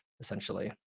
essentially